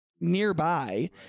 nearby